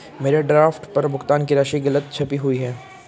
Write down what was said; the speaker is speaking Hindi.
मेरे ड्राफ्ट पर भुगतान की राशि गलत छपी हुई है